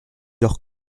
leur